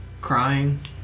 crying